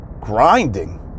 grinding